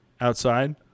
outside